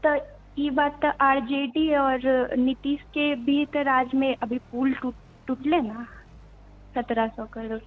तऽ ई बात तऽ आरजेडी आओर नितीशके भी तऽ राज् मे अभी पूल टूटलै ने सत्रह सए करोड़